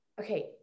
okay